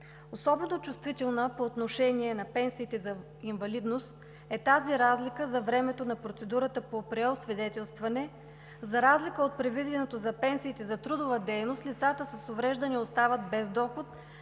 Особено чувствителна по отношение на пенсиите за инвалидност е разликата за времето на процедурата по преосвидетелстване. За разлика от предвиденото за пенсиите за трудова дейност лицата с увреждания остават често без доход